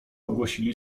ogłosili